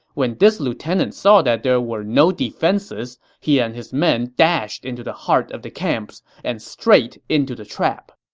when this lieutenant saw that there were no defenses, he and his men dashed into the heart of the camps, and straight into the trap.